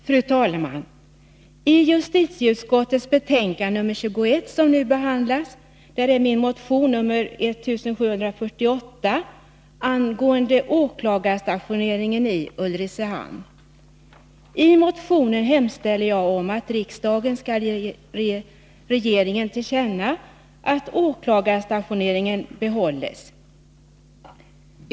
Fru talman! I justitieutskottets betänkande 1982/83:21 behandlas min motion nr 1748 angående åklagarstationeringen i Ulricehamn. I motionen hemställer jag om att riksdagen skall ge regeringen till känna att åklagarstationeringen bör behållas.